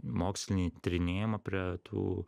mokslinį tyrinėjimą prie tų